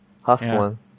Hustling